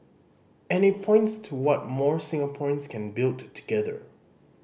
and it points to what more Singaporeans can build together